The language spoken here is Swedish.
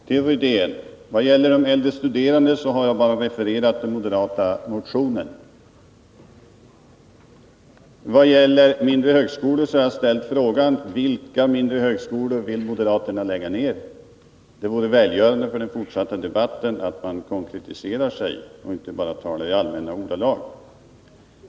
Herr talman! Till Rune Rydén: Vad gäller de äldre studerande har jag bara refererat den moderata motionen. Vad gäller mindre högskolor har jag ställt frågan: Vilka mindre högskolor vill moderaterna lägga ner? Det vore välgörande för den fortsatta debatten om man konkretiserade sig och inte bara talade i allmänna ordalag.